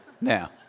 Now